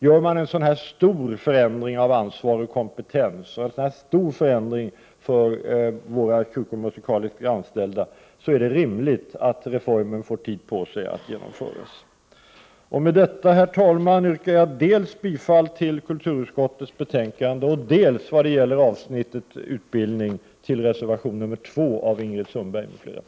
Gör man så här stora förändringar av ansvar och kompetens och stora förändringar för våra kyrkomusikaliskt anställda, är det rimligt att vi får tid på oss att genomföra reformen. Herr talman! Med detta yrkar jag dels bifall till kulturutskottets hemställan, dels vad gäller avsnittet utbildning bifall till reservation 2 av Ingrid Sundberg m.fl.